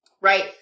right